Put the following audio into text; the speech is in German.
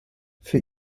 für